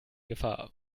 gefahr